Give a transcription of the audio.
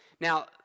Now